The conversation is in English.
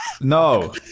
No